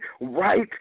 right